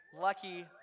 Lucky